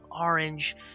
orange